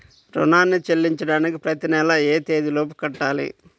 రుణాన్ని చెల్లించడానికి ప్రతి నెల ఏ తేదీ లోపు కట్టాలి?